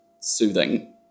soothing